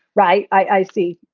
right? i see.